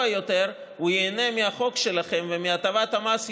יותר ייהנה יותר מהחוק שלכם ומהתאמת המס,